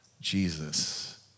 Jesus